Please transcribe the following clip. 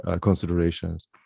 considerations